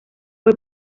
fue